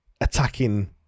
attacking